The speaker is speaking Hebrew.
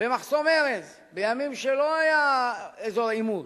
במחסום ארז, בימים שלא היה אזור עימות,